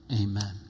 Amen